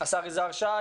השר יזהר שי,